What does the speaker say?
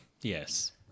Yes